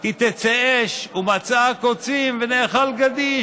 "כי תצא אש ומצאה קצים ונאכל גדיש".